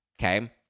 okay